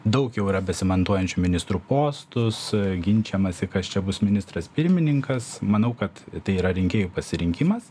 daug jau yra besimantuojančių ministrų postus ginčijamasi kas čia bus ministras pirmininkas manau kad tai yra rinkėjų pasirinkimas